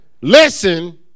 Listen